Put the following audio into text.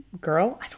Girl